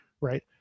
Right